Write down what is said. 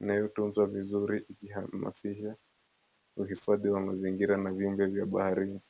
inayotunzwa vizuri ikihamasisha uhifadhi wa mazingira na viumbe vya baharini.